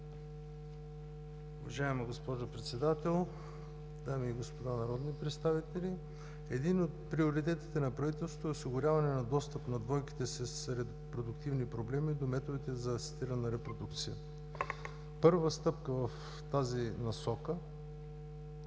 Уважаема госпожо Председател, дами и господа народни представители! Един от приоритетите на правителството е осигуряване на достъп на двойките с репродуктивни проблеми до методите за асистирана репродукция. Първа стъпка в тази насока е